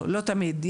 לא תמיד,